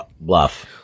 bluff